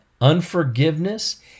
unforgiveness